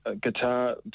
guitar